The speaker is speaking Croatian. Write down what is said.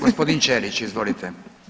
Gospodin Ćelić, izvolite.